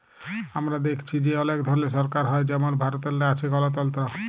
আমরা দ্যাইখছি যে অলেক ধরলের সরকার হ্যয় যেমল ভারতেল্লে আছে গলতল্ত্র